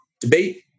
debate